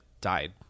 died